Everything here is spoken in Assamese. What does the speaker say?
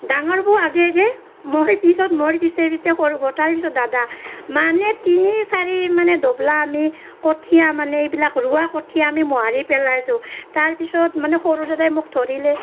ডাঙাৰ বৌ আগে আগে মই পিছত মোৰ পিছে পিছে সৰু বৌ তাৰ পিছত দাদা মানে তিনি চাৰি মানে দোবলা আমি কঠিয়া মানে এইবিলাক ৰোৱা কঠিয়া আমি মোহাৰি পেলাইছোঁ তাৰপিছত মানে সৰু দাদাই মোক ধৰিলে